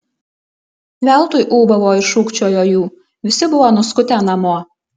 veltui ūbavo ir šūkčiojo jų visi buvo nuskutę namo